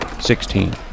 Sixteen